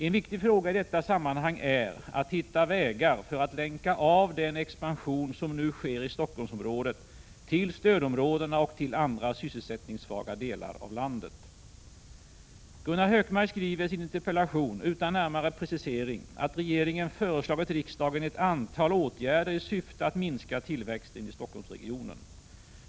En viktig fråga i detta sammanhang är att hitta vägar för att länka av den expansion som nu sker i Stockholmsområdet till stödområdena och till andra sysselsättningssvaga delar av landet. Gunnar Hökmark skriver i sin interpellation — utan närmare precisering — att regeringen föreslagit riksdagen ett antal åtgärder i syfte att minska tillväxten i Stockholmsregionen.